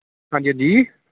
हां जी हां जी